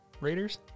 Raiders